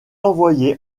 envoyé